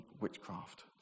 witchcraft